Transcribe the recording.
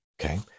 Okay